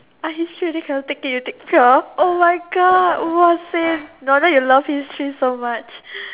I history already cannot take it you take pure oh my god !wahseh! no wonder you love history so much